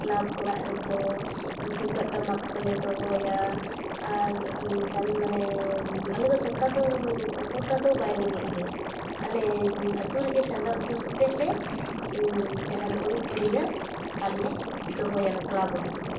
club ᱚᱲᱟᱜ ᱨᱮᱫᱚ ᱛᱩᱢᱫᱟᱜ ᱴᱟᱢᱟᱠ ᱠᱚᱞᱮ ᱫᱚᱦᱚᱭᱟ ᱟᱨ ᱢᱟᱱᱮ ᱟᱞᱮᱫᱚ ᱥᱚᱨᱠᱟᱨᱫᱚ ᱚᱛᱚᱴᱟᱫᱚ ᱵᱟᱭ ᱵᱮᱸᱜᱮᱫ ᱟᱞᱟᱮᱭᱟ ᱟᱞᱮ ᱟᱹᱛᱩ ᱨᱮᱜᱮ ᱪᱟᱸᱫᱟ ᱩᱴᱷᱟᱹᱣ ᱠᱟᱛᱮᱫᱞᱮ ᱡᱟᱦᱟᱱᱟᱜ ᱠᱚᱞᱮ ᱠᱤᱨᱤᱧᱟ ᱟᱨᱞᱮ ᱫᱚᱦᱚᱭᱟ ᱚᱱᱟ ᱠᱞᱟᱵᱽ ᱚᱲᱟᱜ ᱨᱮᱫᱚ